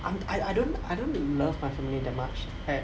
I'm I I don't I don't love my family that much at